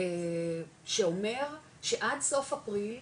שאומר שעד סוף אפריל,